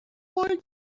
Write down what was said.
like